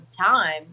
time